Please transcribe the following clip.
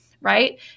Right